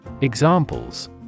Examples